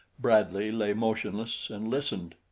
bradley lay motionless and listened.